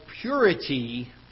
purity